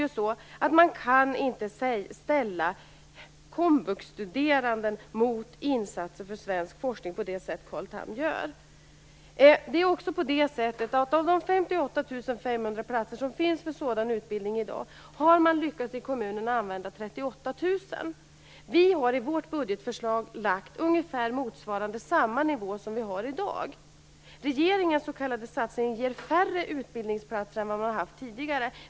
Man kan inte ställa komvuxstuderande mot insatser för svensk forskning på det sätt som Carl Tham gör. Av de 58 500 platser som i dag finns för sådan utbildning har kommunerna lyckats utnyttja 38 000 platser. Vi har i vårt budgetförslag angett ungefär samma nivå som gäller i dag. Regeringens s.k. satsning ger färre utbildningsplatser än vad man tidigare har haft.